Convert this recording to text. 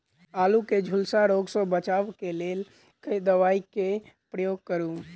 आलु केँ झुलसा रोग सऽ बचाब केँ लेल केँ दवा केँ प्रयोग करू?